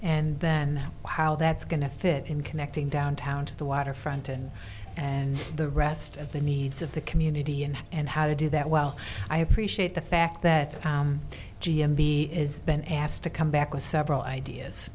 and then how that's going to fit in connecting downtown to the waterfront and and the rest of the needs of the community and and how to do that well i appreciate the fact that g m b is been asked to come back with several ideas